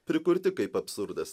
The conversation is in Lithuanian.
prikurti kaip absurdas